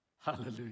Hallelujah